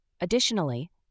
Additionally